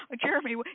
Jeremy